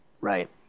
right